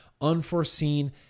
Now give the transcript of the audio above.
unforeseen